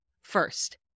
First